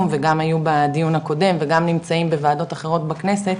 וגם היו בדיון הקודם וגם נמצאים בוועדות אחרות בכנסת,